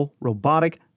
robotic